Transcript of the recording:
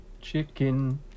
chicken